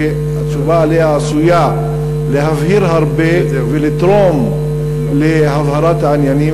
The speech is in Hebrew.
שהתשובה עליה עשויה להבהיר הרבה ולתרום להבהרת העניינים